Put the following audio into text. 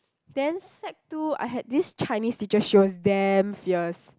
then sec two I had this Chinese teacher she was damn fierce